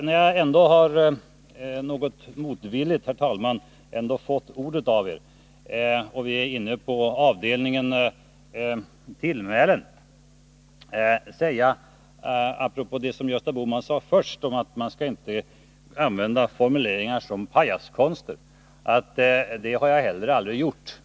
När jag nu, herr talman, om än något motvilligt ändå har fått ordet av er och vi är inne på avdelningen tillmälen, så låt mig säga apropå det som Gösta Bohman sade först, att man inte skall använda formuleringar som pajaskonster, att det har jag heller aldrig gjort.